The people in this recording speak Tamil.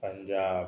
பஞ்சாப்